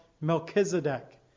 Melchizedek